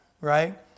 right